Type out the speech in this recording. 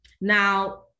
now